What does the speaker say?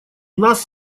нас